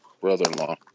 brother-in-law